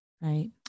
Right